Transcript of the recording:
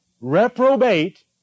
reprobate